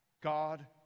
God